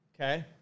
Okay